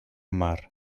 mar